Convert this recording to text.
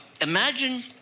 Imagine